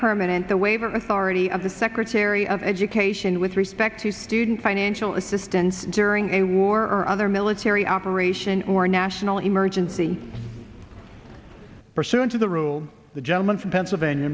permanent the waiver authority of the secretary of education with respect to student financial assistance and during a war or other military operation or national emergency pursuant to the rule the gentleman from pennsylvania